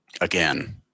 Again